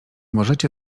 możecie